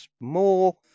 more